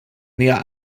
näher